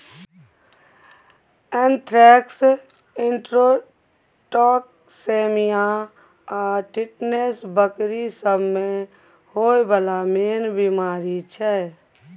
anthrax, enterotoxemia आ tetanus बकरी सब मे होइ बला मेन बेमारी छै